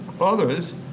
others